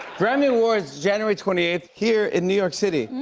grammy awards. january twenty eighth here in new york city.